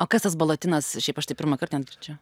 o kas tas balatinas šiaip aš tai pirmąkart net girdžiu